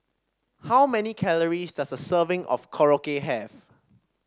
how many calories does a serving of Korokke have